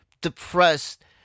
depressed